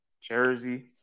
Jersey